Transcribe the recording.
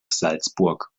salzburg